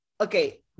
Okay